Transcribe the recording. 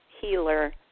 healer